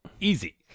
Easy